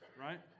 Right